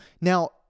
Now